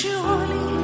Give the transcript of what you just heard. Surely